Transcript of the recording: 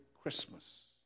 Christmas